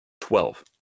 Twelve